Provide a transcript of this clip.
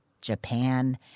Japan